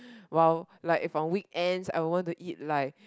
while like from weekend I would want to eat like